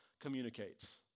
communicates